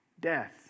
death